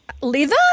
leather